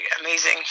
amazing